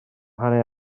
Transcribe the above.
hanner